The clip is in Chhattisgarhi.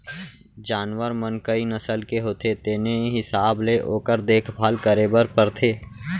जानवर मन कई नसल के होथे तेने हिसाब ले ओकर देखभाल करे बर परथे